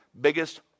biggest